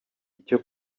icyo